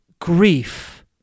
grief